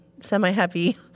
Semi-happy